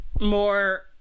more